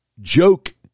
joke